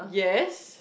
yes